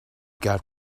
got